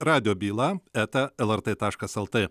radijo byla eta lrt taškas lt